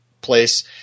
place